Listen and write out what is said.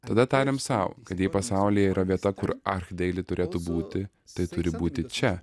tada tarėm sau kad jei pasaulyje yra vieta kur archdeili turėtų būti tai turi būti čia